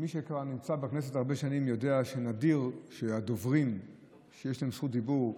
מי שנמצא בכנסת כבר הרבה שנים יודע שנדיר שהדוברים שיש להם זכות דיבור,